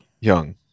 Young